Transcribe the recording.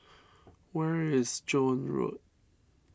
where is Joan Road